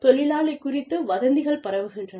தொழிலாளி குறித்து வதந்திகள் பரவுகின்றன